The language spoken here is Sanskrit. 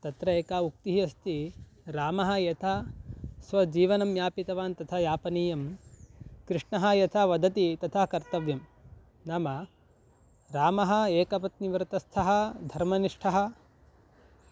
तत्र एका उक्तिः अस्ति रामः यथा स्वजीवनं यापितवान् तथा यापनीयं कृष्णः यथा वदति तथा कर्तव्यं नाम रामः एकपत्निवृतस्थः धर्मनिष्ठः